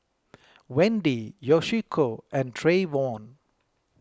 Wendy Yoshiko and Trayvon